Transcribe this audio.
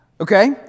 Okay